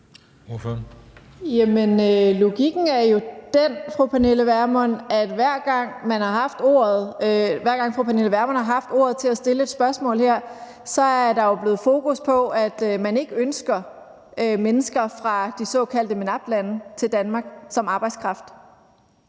gang fru Pernille Vermund har haft ordet for at stille et spørgsmål her, så har der jo været fokus på, at man ikke ønsker mennesker fra de såkaldte MENAPT-lande til Danmark som arbejdskraft.